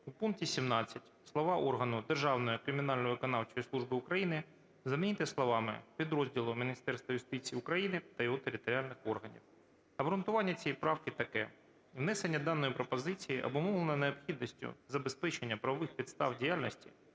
"У пункті 17 слова "органу Державної кримінально-виконавчої служби України" замінити словами "підрозділу Міністерства юстиції України та його територіальних органів". Обґрунтування цієї правки таке. Внесення даної пропозиції обумовлено необхідністю забезпечення правових підстав діяльності